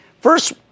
First